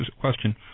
question